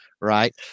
right